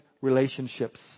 relationships